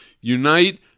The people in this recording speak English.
Unite